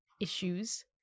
issues